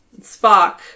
Spock